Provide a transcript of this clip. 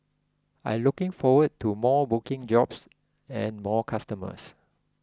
I looking forward to more booking jobs and more customers